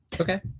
Okay